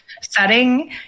setting